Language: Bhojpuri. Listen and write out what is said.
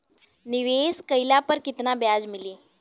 निवेश काइला पर कितना ब्याज मिली?